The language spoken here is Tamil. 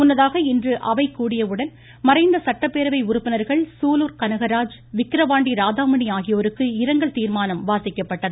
முன்னதாக இன்று அவை கூடியவுடன் மறைந்த சட்டப்பேரவை உறுப்பினர்கள் சூலூர் கனகராஜ் விக்கிரவாண்டி ராதாமணி ஆகியோருக்கு இரங்கல் தீர்மானம் வாசிக்கப்பட்டது